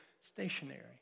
stationary